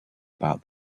about